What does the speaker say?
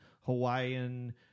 Hawaiian